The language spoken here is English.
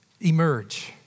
emerge